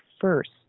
first